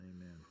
Amen